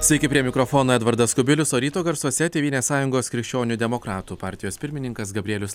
sveiki prie mikrofono edvardas kubilius o ryto garsuose tėvynės sąjungos krikščionių demokratų partijos pirmininkas gabrielius